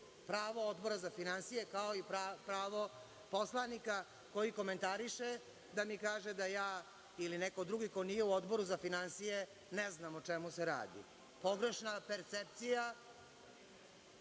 pravo Odbora za finansije, kao i pravo poslanika koji komentariše da mi kaže da ja ili neko drugi ko nije u Odboru za finansije ne znamo o čemu se radi. Pogrešna percepcija.(Goran